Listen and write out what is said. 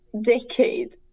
decade